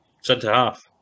centre-half